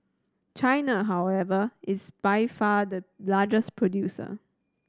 China however is by far the largest producer